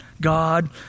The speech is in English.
God